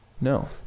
No